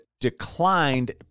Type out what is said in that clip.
declined